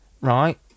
right